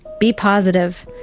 be positive,